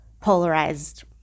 polarized